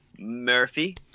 Murphy